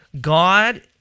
God